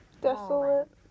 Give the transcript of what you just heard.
desolate